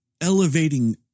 elevating